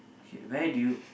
okay where do you